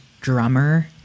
Drummer